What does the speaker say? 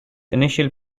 initial